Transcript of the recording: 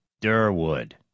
Durwood